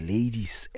Ladies